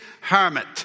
hermit